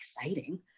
exciting